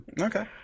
Okay